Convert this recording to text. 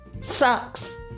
Sucks